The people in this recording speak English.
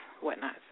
whatnot